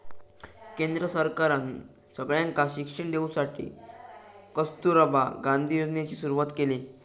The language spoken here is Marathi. केंद्र सरकारना सगळ्यांका शिक्षण देवसाठी कस्तूरबा गांधी योजनेची सुरवात केली